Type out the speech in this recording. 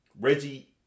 Reggie